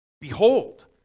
behold